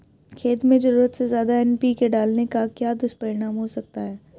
खेत में ज़रूरत से ज्यादा एन.पी.के डालने का क्या दुष्परिणाम हो सकता है?